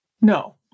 No